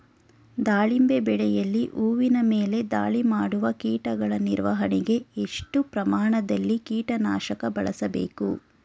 ದಾಳಿಂಬೆ ಬೆಳೆಯಲ್ಲಿ ಹೂವಿನ ಮೇಲೆ ದಾಳಿ ಮಾಡುವ ಕೀಟಗಳ ನಿರ್ವಹಣೆಗೆ, ಎಷ್ಟು ಪ್ರಮಾಣದಲ್ಲಿ ಕೀಟ ನಾಶಕ ಬಳಸಬೇಕು?